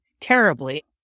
terribly